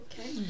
okay